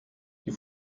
die